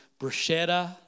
bruschetta